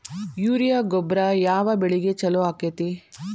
Urea ಗೊಬ್ಬರ ಯಾವ ಬೆಳಿಗೆ ಛಲೋ ಆಕ್ಕೆತಿ?